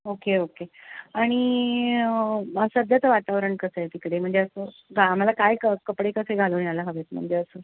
okay okay आणि सध्याचं वातावरण कसंय तिकडे म्हणजे असं आम्हाला काय क कपडे कसं घालून याला हवेत म्हणजे असं